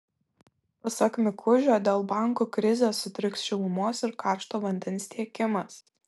pasak mikužio dėl bankų krizės sutriks šilumos ir karšto vandens tiekimas